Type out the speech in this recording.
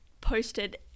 posted